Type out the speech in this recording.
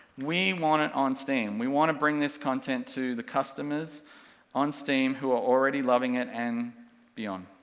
we want it on steam, we want to bring this content to the customers on steam, who are already loving it and beyond.